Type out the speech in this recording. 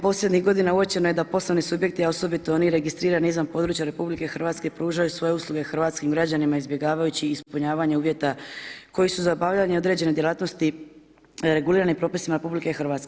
Posljednjih godina uočeno je da poslovni subjekti, a osobito oni registrirani izvan područja RH pružaju svoje usluge hrvatskim građanima izbjegavajući ispunjavanje uvjeta koji su za bavljenje određene djelatnosti regulirani propisima RH.